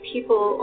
People